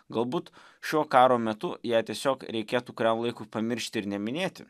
galbūt šio karo metu ją tiesiog reikėtų kuriam laikui pamiršti ir neminėti